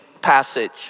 passage